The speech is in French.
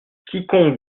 quiconque